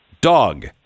Dog